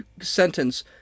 sentence